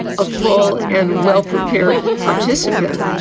a full and well-prepared participant.